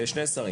יש שני שרים.